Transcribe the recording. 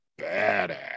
badass